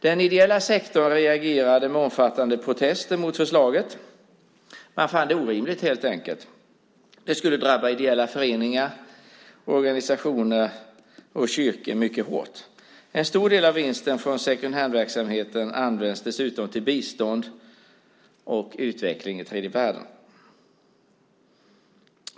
Den ideella sektorn reagerade med omfattande protester mot förslaget. Man fann det orimligt, helt enkelt. Det skulle drabba ideella föreningar, organisationer och kyrkor mycket hårt. En stor del av vinsten från second hand-verksamheten används dessutom till bistånd och utveckling i tredje världen.